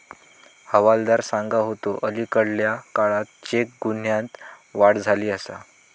हवालदार सांगा होतो, अलीकडल्या काळात चेक गुन्ह्यांत वाढ झाली आसा